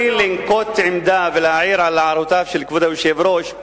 בלי לנקוט עמדה ולהעיר על הערותיו של כבוד היושב-ראש,